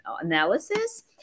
analysis